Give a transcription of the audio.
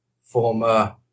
former